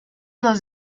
los